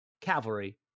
cavalry